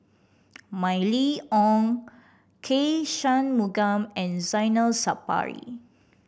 Mylene Ong K Shanmugam and Zainal Sapari